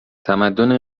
تمدن